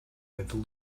with